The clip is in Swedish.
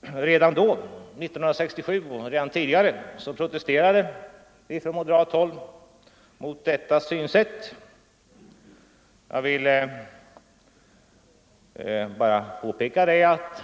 Redan då, 1967, — och även tidigare — protesterade vi från moderat håll mot detta synsätt. Jag vill bara påpeka att